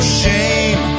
shame